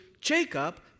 Jacob